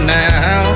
now